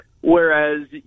Whereas